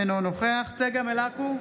אינו נוכח צגה מלקו,